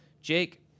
jake